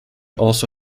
also